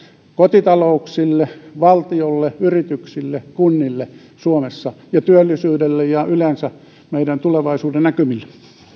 kotitalouksille valtiolle yrityksille kunnille suomessa ja työllisyydelle ja yleensä meidän tulevaisuudennäkymille